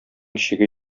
чиге